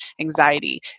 anxiety